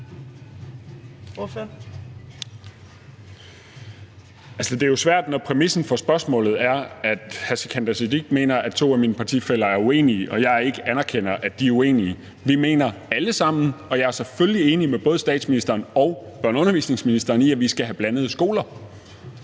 Det er jo svært, når præmissen for spørgsmålet er, at hr. Sikandar Siddique mener, at to af mine partifæller er uenige, og jeg ikke anerkender, at de er uenige. Vi mener alle sammen – og jeg er selvfølgelig enig med både statsministeren og børne- og undervisningsministeren i det – at vi skal have blandede skoler.